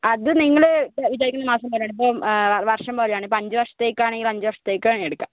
അത് നിങ്ങൾ വിചാരിക്കുന്നതു മാസം പോലെയാണ് ഇപ്പം വർഷം പോലെയാണ് ഇപ്പം അഞ്ച് വർഷത്തേക്കാണെങ്കിൽ അഞ്ച് വർഷത്തേക്ക് തന്നെ എടുക്കാം